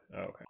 okay